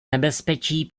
nebezpečí